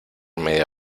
media